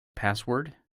password